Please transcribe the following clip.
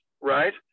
right